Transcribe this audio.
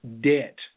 debt